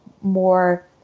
more